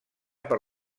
per